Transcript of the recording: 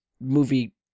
movie